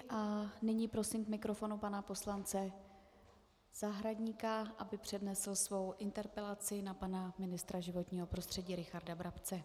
A nyní prosím k mikrofonu pana poslance Zahradníka, aby přednesl svou interpelaci na pana ministra životního prostředí Richarda Brabce.